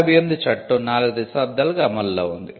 1958 చట్టం 4 దశాబ్దాలుగా అమలులో ఉంది